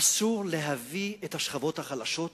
אסור להביא את השכבות החלשות